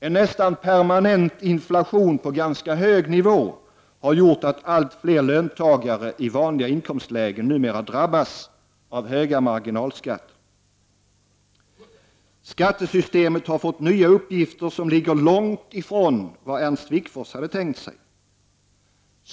En nästan permanent inflation på ganska hög nivå har gjort att allt fler löntagare i vanliga inkomstlägen numera drabbas av höga marginalskatter. Skattesystemet har fått nya uppgifter som ligger långt ifrån vad Ernst Wigforss hade tänkt sig.